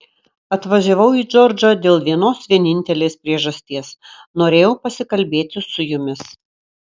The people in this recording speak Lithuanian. atvažiavau į džordžą dėl vienos vienintelės priežasties norėjau pasikalbėti su jumis